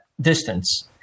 distance